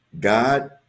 God